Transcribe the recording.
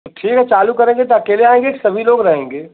तो ठीक है चालू करेंगे तो अकेले आएँगे कि सभी लोग रहेंगे